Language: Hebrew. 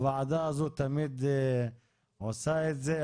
הוועדה הזאת תמיד עושה את זה.